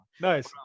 Nice